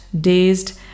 dazed